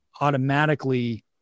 automatically